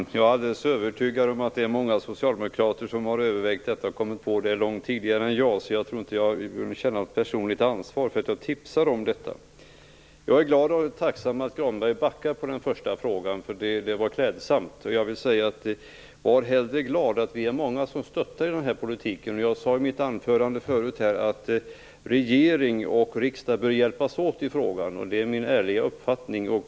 Herr talman! Jag är alldeles övertygad om att många socialdemokrater har övervägt detta och kommit på det långt tidigare än jag. Jag tror inte att jag behöver känna något personligt ansvar för att jag tipsar om detta. Jag är glad och tacksam över att Lars Granberg backar när det gäller den första frågan. Det var klädsamt. Var hellre glad åt att vi är många som stöttar i den här politiken. Jag sade i mitt anförande att regering och riksdag bör hjälpas åt i frågan. Det är min ärliga uppfattning.